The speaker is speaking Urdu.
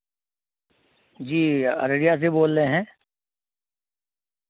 جی ارڑیہ سے بول رہے ہیں